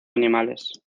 animales